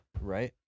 right